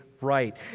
right